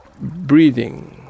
breathing